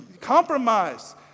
Compromise